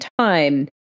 time